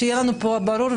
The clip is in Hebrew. שיהיה לנו פה ברור,